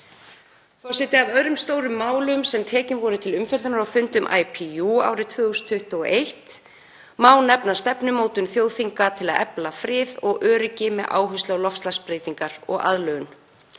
Forseti. Af öðrum stórum málum sem tekin voru til umfjöllunar á fundum IPU árið 2021 má nefna stefnumótun þjóðþinga til að efla frið og öryggi með áherslu á loftslagsbreytingar og aðlögun.